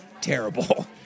terrible